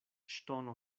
ŝtono